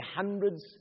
hundreds